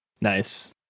Nice